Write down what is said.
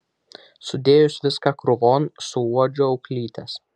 sudėjus viską krūvon suuodžiu auklytes